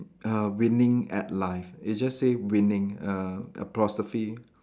uh winning at life it just say winning uh apostrophe